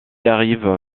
arrive